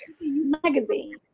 magazine